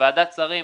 בוועדת שרים,